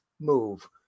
move